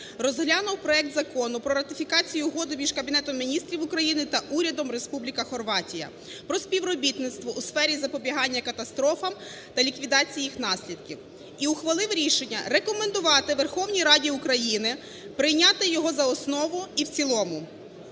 розглянув проект Закону про ратифікацію Угоди між Кабінетом Міністрів України та Урядом Республіки Хорватія про співробітництво у сфері запобігання катастрофам та ліквідації їх наслідків і ухвалив рішення рекомендувати Верховній Раді України прийняти його за основу і в цілому.